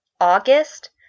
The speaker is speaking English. August